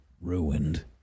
ruined